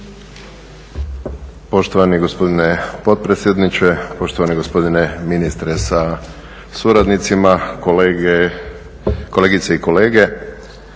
Poštovani gospodine potpredsjedniče, poštovani gospodine ministre sa suradnicima, kolegice i kolege.